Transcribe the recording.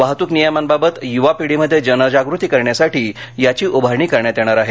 वाहत्क नियमांबाबत य्वा पिढीमध्ये जनजागृती करण्यासाठी याची उभारणी करण्यात येणार आहे